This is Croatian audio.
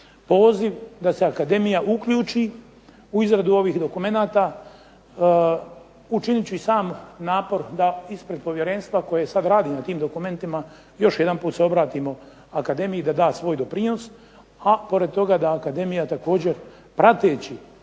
poziv da se Akademija uključi u izradu ovih dokumenata. Učinit ću i sam napor da ispred Povjerenstva koje sad radi na tim dokumentima još jedan put se obratimo Akademiji da da svoj doprinos, a pored toga da Akademija također prateći